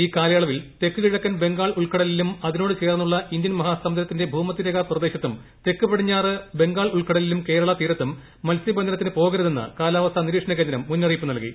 ഈ കാലയളവിൽ തെക്ക് കിഴക്കൻ ബംഗാൾ ഉൾക്കടലിലും അതിനോട് ചേർന്നുള്ള ഇന്ത്യൻ മഹാസമുദ്രത്തിന്റെ ഭൂമധ്യരേഖാ പ്രദേശത്തും തെക്ക് പടിഞ്ഞാറ് ബംഗാൾ ഉൾക്കടലിലും കേരള തീരത്തും മത്സൃബന്ധനത്തിന് പോകരുതെന്ന് കാലാവസ്ഥാ നിരീക്ഷണകേന്ദ്രം മുന്നറിയിപ്പു നൽകി